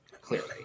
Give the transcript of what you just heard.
clearly